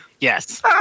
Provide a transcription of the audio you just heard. Yes